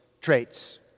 traits